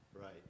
Right